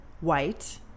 White